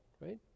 right